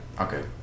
Okay